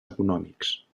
econòmics